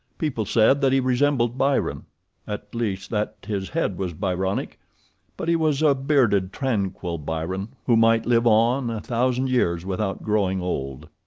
people said that he resembled byron at least that his head was byronic but he was a bearded, tranquil byron, who might live on a thousand years without growing old.